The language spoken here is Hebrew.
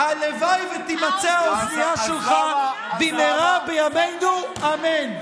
הלוואי שתימצא האוזנייה במהרה בימינו אמן.